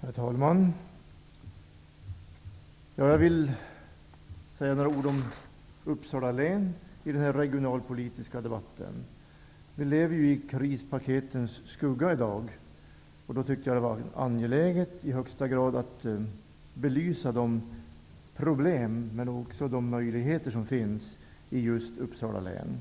Herr talman! Jag vill säga några ord om Uppsala län i den här regionalpolitiska debatten. Vi lever i krispaketens skugga i dag. Då tyckte jag att det var i högsta grad angeläget att belysa de problem, men också de möjligheter, som finns i just Uppsala län.